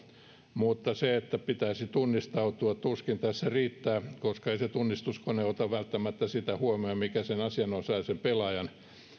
mutta se että pitäisi tunnistautua tuskin tässä riittää koska ei se tunnistuskone ota välttämättä sitä huomioon mikä sen asianosaisen pelaajan